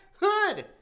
hood